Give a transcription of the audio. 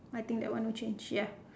I think that one no change ya